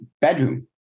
bedroom